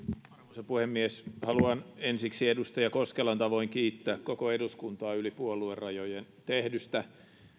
arvoisa puhemies haluan ensiksi edustaja koskelan tavoin kiittää koko eduskuntaa yli puoluerajojen tehdystä